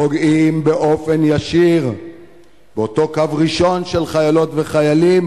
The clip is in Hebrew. פוגעים באופן ישיר באותו קו ראשון של חיילות וחיילים,